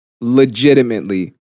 legitimately